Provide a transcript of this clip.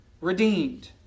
redeemed